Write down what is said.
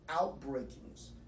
outbreakings